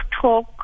talk